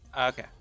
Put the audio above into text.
Okay